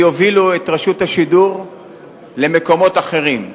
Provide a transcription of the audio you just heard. והם יובילו את רשות השידור למקומות אחרים.